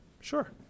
sure